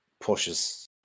pushes